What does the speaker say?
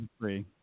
free